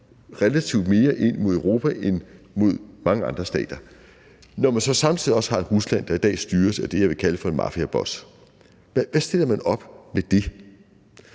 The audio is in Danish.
relativt mere ind mod Europa end mod mange andre stater – når man så samtidig også har et Rusland, der i dag styres af det, jeg vil kalde for en mafiaboss? Hvad stiller man op med det?